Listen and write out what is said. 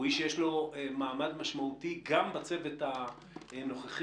איש שיש לו מעמד משמעותי גם בצוות הנוכחי.